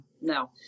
no